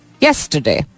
yesterday